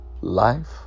life